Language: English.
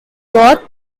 broth